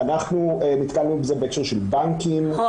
אנחנו נתקלנו בזה בהקשר של בנקים --- או